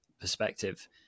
perspective